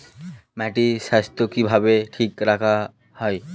মাটির স্বাস্থ্য কিভাবে ঠিক রাখা যায়?